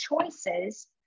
choices